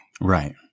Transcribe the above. right